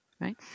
right